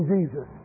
Jesus